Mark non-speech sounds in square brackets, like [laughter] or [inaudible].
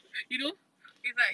[laughs] you know it's like